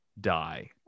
die